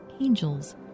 angels